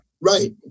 right